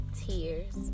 tears